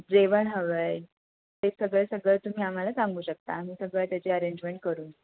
जेवण हवं आहे ते सगळे सगळं तुम्ही आम्हाला सांगू शकता आम्ही सगळं त्याची अरेंजमेंट करू